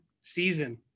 season